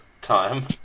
time